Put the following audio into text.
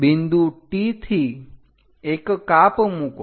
બિંદુ T થી એક કાપ મૂકો